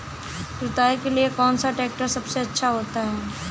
जुताई के लिए कौन सा ट्रैक्टर सबसे अच्छा होता है?